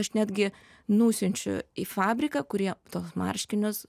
aš netgi nusiunčiau į fabriką kurie tuos marškinius